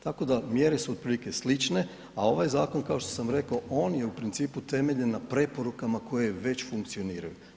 Tako da, mjere su otprilike slične, a ovaj zakon, kao što sam rekao, on je u principu temeljen na preporukama koje već funkcioniraju.